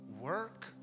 work